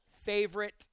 favorite